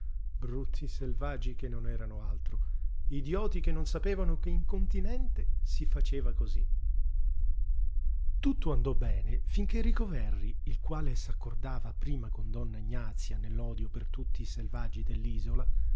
brutti selvaggi che non erano altro idioti che non sapevano che in continente si faceva cosí tutto andò bene finché rico verri il quale s'accordava prima con donna ignazia nell'odio per tutti i selvaggi